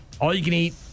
All-you-can-eat